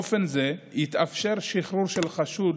באופן זה יתאפשר שחרור של החשוד